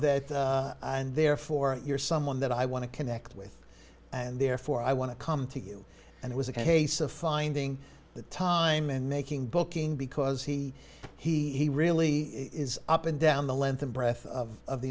that and therefore you're someone that i want to connect with and therefore i want to come to you and it was a case of finding the time and making booking because he he he really is up and down the length and breadth of